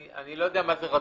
אני לא יודע מה זה רדום,